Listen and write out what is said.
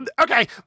okay